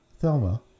Thelma